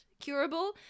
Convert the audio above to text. curable